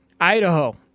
Idaho